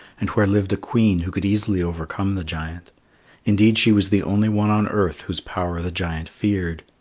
and where lived a queen who could easily overcome the giant indeed she was the only one on earth whose power the giant feared.